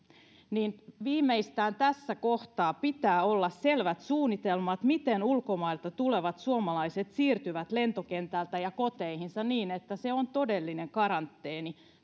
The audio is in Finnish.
niin viimeistään tässä kohtaa pitää olla selvät suunnitelmat miten ulkomailta tulevat suomalaiset siirtyvät lentokentältä koteihinsa niin että se on todellinen karanteeni